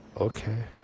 Okay